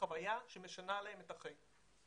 חו8ויה שמשנה להם את החיים.